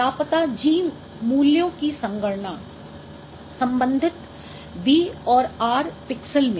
अनुपलब्ध G मूल्यों की संगणना संबंधित B और R पिक्सल में